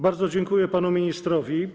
Bardzo dziękuję panu ministrowi.